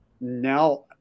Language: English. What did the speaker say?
Now